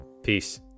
Peace